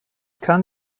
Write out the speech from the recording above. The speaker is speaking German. kann